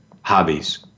hobbies